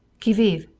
qui vive?